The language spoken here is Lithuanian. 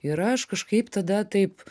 ir aš kažkaip tada taip